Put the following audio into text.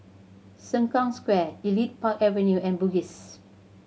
Sengkang Square Elite Park Avenue and Bugis